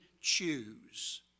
choose